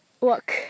walk